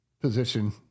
position